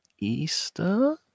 Easter